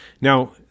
Now